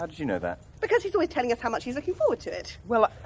ah you know that? because he's always telling us how much he's looking forward to it. well,